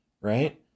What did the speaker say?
right